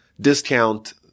discount